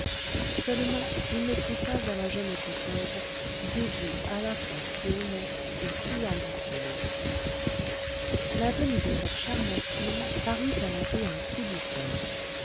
seulement il ne crut pas à la jeune écossaise des vues à la fois si honnêtes et si ambitieuses la venue de cette charmante fille parut à l'abbé un coup du sort